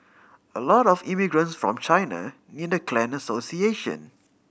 a lot of immigrants from China need a clan association